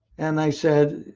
and i said,